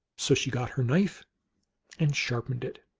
so she got her knife and sharpened it,